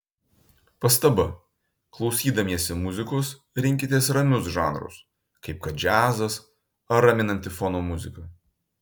pastaba klausydamiesi muzikos rinkitės ramius žanrus kaip kad džiazas ar raminanti fono muzika